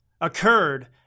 occurred